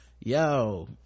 Yo